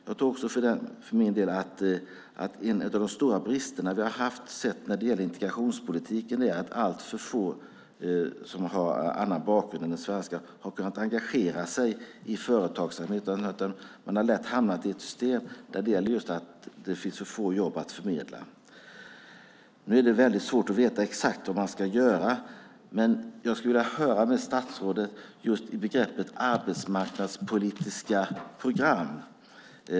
Jag tror också att en av de stora bristerna vi har sett när det gäller integrationspolitiken är att alltför få som har annan bakgrund än den svenska har kunnat engagera sig i företagsamhet. Man har lätt hamnat i ett stöd just därför att det finns så få jobb att förmedla. Det är väldigt svårt att veta exakt vad man ska göra, men jag skulle vilja höra med statsrådet vad som ligger i just begreppet arbetsmarknadspolitiska program.